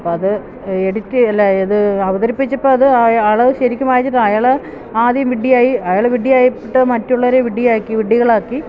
അപ്പോള് അത് എഡിറ്റ് അല്ല അത് അവതരിപ്പിച്ചപ്പോള് അത് ആള് ശരിക്കും വായിച്ചിട്ട് അയാള് ആദ്യം വിഡ്ഡിയായി അയാള് വിഡ്ഡിയായിട്ട് മറ്റുള്ളവരെ വിഡ്ഡിയാക്കി വിഡ്ഡികളാക്കി